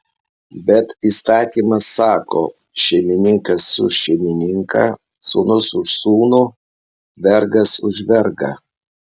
bet įstatymas sako šeimininkas už šeimininką sūnus už sūnų vergas už vergą